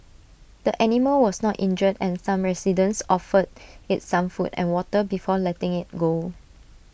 the animal was not injured and some residents offered IT some food and water before letting IT go